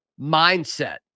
mindset